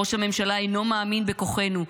ראש הממשלה אינו מאמין בכוחנו,